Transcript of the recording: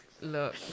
look